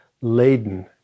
laden